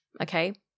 okay